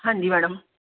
ਹਾਂਜੀ ਮੈਡਮ